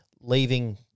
leaving